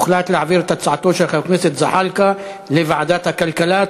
הוחלט להעביר את הצעתו של חבר הכנסת זחאלקה לוועדת הכלכלה.